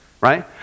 right